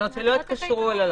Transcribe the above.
זאת אומרת, שלא יתקשרו ללקוח.